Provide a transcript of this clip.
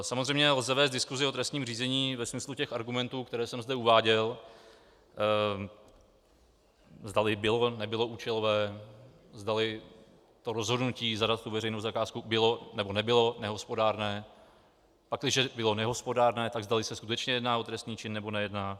Samozřejmě lze vést diskusi o trestním řízení ve smyslu těch argumentů, které jsem zde uváděl, zdali bylo nebylo účelové, zdali rozhodnutí zadat tu veřejnou zakázku bylo, nebo nebylo nehospodárné, pakliže bylo nehospodárné, tak zdali se skutečně jedná o trestný čin, nebo nejedná.